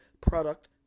product